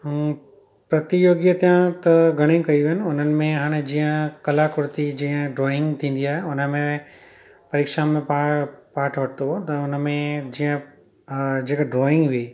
हम्म प्रतियोगिता त घणी कयूं आहिनि उन्हनि में हाणे जीअं कलाकृति जीअं ड्रॉइंग थींदी आहे उनमें परिक्षा में पार पाट वरितो हुयो त उनमें जीअं अ जेका ड्रॉइंग हुई